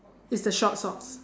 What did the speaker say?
is the short socks